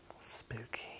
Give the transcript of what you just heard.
Spooky